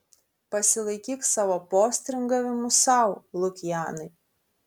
pasilaikyk savo postringavimus sau lukianai